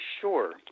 sure